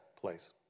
place